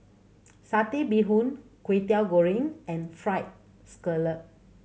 Satay Bee Hoon Kwetiau Goreng and Fried Scallop